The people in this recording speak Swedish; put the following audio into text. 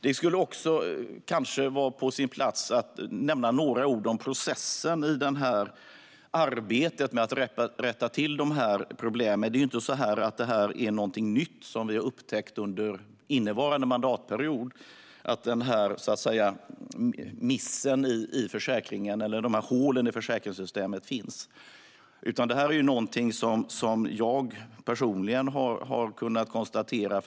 Det kanske också är på sin plats att nämna några ord om processen i arbetet med att rätta till dessa problem. Att dessa hål - denna miss - finns i försäkringssystemet är nämligen ingenting nytt som vi har upptäckt under innevarande mandatperiod.